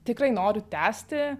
tikrai noriu tęsti